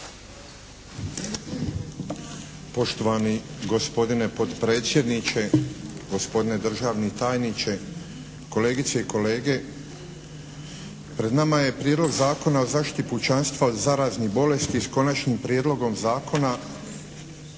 Poštovani gospodine potpredsjedniče, gospodine državni tajniče, kolegice i kolege. Pred nama je Prijedlog Zakona o zaštiti pučanstva od zaraznih bolesti s konačnim prijedlogom zakona